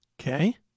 Okay